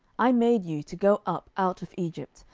i made you to go up out of egypt,